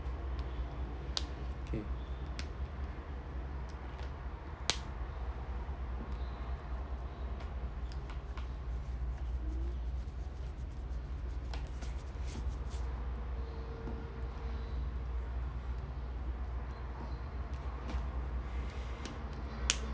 kay